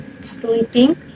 sleeping